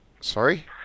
Sorry